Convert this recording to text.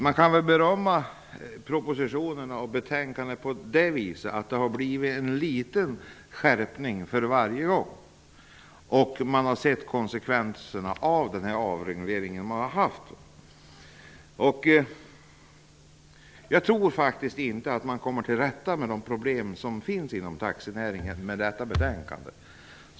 Man kan berömma propositionerna och betänkandena så till vida att det har blivit en liten skärpning för varje gång och att man har sett konsekvenserna av avregleringen. Jag tror faktiskt inte att man kommer till rätta med problemen inom taxinäringen med detta betänkande.